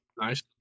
Nice